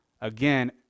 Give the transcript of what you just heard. again